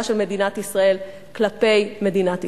של מדינת ישראל כלפי מדינת ישראל.